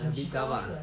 很奇怪 lor